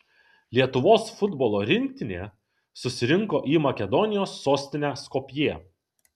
lietuvos futbolo rinktinė susirinko į makedonijos sostinę skopję